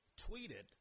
tweeted